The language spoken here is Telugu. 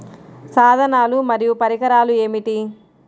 సాధనాలు మరియు పరికరాలు ఏమిటీ?